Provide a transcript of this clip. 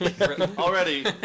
Already